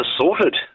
sorted